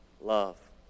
love